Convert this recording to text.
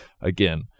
again-